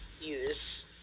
use